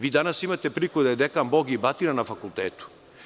Vi danas imate priliku da je dekan bog i batina na fakultetu.